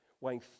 weighing